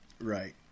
Right